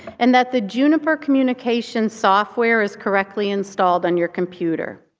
and that the juniper communications software is correctly installed on your computer.